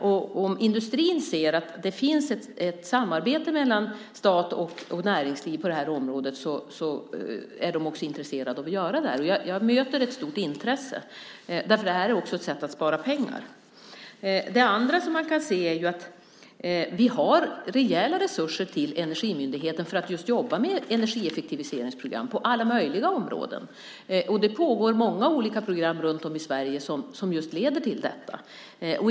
Om industrin ser att det finns ett samarbete på området mellan stat och näringsliv är den också intresserad av att göra detta. Jag möter ett stort intresse, för det här är också ett sätt att spara pengar. Det andra som man kan se är att vi ger rejäla resurser till Energimyndigheten för att jobba just med energieffektiviseringsprogram på alla möjliga områden. Det pågår många olika program runt om i Sverige som leder till detta.